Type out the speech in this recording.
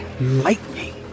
lightning